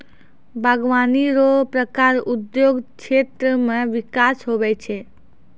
बागवानी रो प्रकार उद्योग क्षेत्र मे बिकास हुवै छै